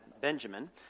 Benjamin